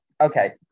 okay